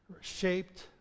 shaped